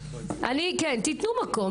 אי אפשר לצחוק,